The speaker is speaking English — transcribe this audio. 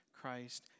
Christ